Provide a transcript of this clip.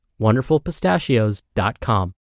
WonderfulPistachios.com